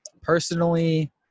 personally